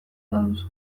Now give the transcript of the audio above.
baduzu